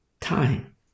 time